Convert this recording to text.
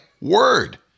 word